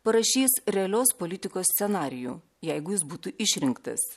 parašys realios politikos scenarijų jeigu jis būtų išrinktas